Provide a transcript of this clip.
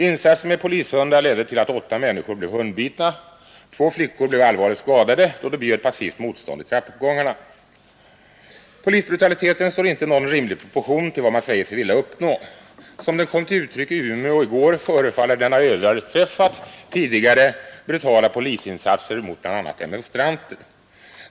Insatsen med polishundar ledde till att åtta människor blev hundbitna, och två flickor blev allvarligt skadade när de bjöd passivt motstånd i trappuppgångarna. Polisbrutaliteten står inte i någon rimlig proportion till vad man säger sig vilja uppnå. Som den kom till uttryck i Umeå i går förefaller den ha överträffat tidigare brutala polisinsatser mot bl.a. demonstranter.